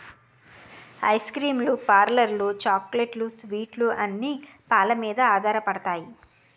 ice cream లు పార్లర్లు చాక్లెట్లు స్వీట్లు అన్ని పాలమీదే ఆధారపడతాయి